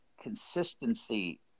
consistency